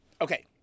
Okay